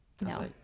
No